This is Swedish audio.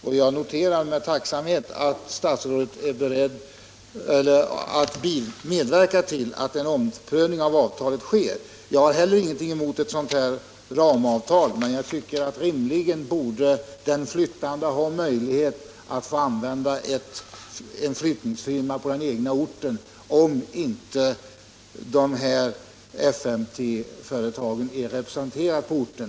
Jag noterar emellertid med tacksamhet att statsrådet är beredd att medverka till att en omprövning av avtalet sker. I det sammanhanget vill jag framhålla att jag inte heller har någonting emot ett sådant här ramavtal, men jag tycker att den flyttande rimligen bör ha möjlighet att använda en flyttningsfirma på den egna orten i de fall då FMT-företagen inte är representerade där.